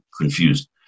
confused